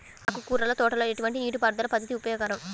ఆకుకూరల తోటలలో ఎటువంటి నీటిపారుదల పద్దతి ఉపయోగకరం?